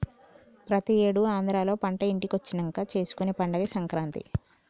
ప్రతి ఏడు ఆంధ్రాలో పంట ఇంటికొచ్చినంక చేసుకునే పండగే సంక్రాంతి